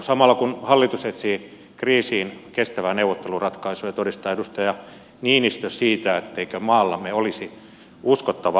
samalla kun hallitus etsii kriisiin kestävää neuvotteluratkaisua todistaa edustaja niinistö siitä et teikö maallamme olisi uskottavaa puolustusta